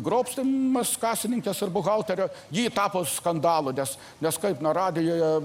grobstymas kasininkės ar buhalterio ji tapo skandalu nes nes kaip na radijuje